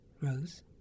Rose